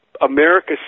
America